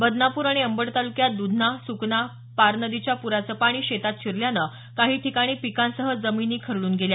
बदनापूर आणि अंबड तालुक्यात दुधना सुकना पारनदीच्या पुराचे पाणी शेतात शिरल्यानं काही ठिकाणी पिकांसह जमिनी खरडून गेल्या